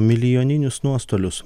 milijoninius nuostolius